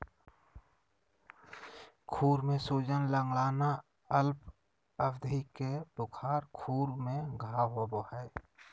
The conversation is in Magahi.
खुर में सूजन, लंगड़ाना, अल्प अवधि के बुखार, खुर में घाव होबे हइ